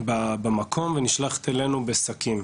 במקום ונשלחת אלינו בשקים.